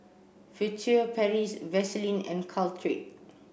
Furtere Paris Vaselin and Caltrate